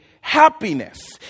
happiness